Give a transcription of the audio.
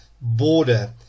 Border